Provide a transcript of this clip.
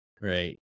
right